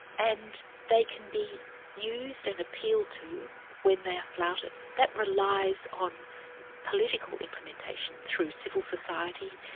and they can be used and appealed to when they're flouted. that relies on political implementation through civil society,